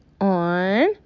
on